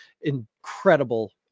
incredible